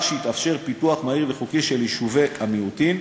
כך שיתאפשר פיתוח מהיר וחוקי של יישובי המיעוטים.